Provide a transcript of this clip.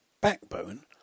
backbone